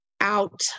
out